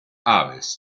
aves